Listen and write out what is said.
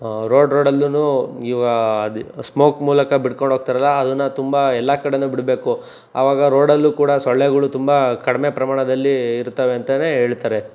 road road ಅಲ್ಲೂ ಇವಾ ಅದು ಸ್ಮೋಕ್ ಮೂಲಕ ಬಿಡ್ಕೊಂಡು ಹೋಗ್ತಾರಲ್ಲ ಅದನ್ನ ತುಂಬ ಎಲ್ಲ ಕಡೆ ಬಿಡಬೇಕು ಆವಾಗ ರೋಡಲ್ಲು ಕೂಡ ಸೊಳ್ಳೆಗಳು ತುಂಬ ಕಡಿಮೆ ಪ್ರಮಾಣದಲ್ಲಿ ಇರ್ತವೆ ಅಂತ ಹೇಳ್ತಾರೆ